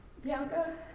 Bianca